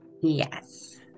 Yes